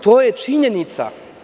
To je činjenica.